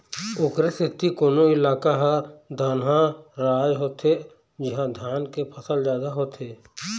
ओखरे सेती कोनो इलाका ह धनहा राज होथे जिहाँ धान के फसल जादा होथे